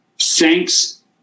Thanks